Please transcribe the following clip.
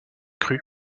crus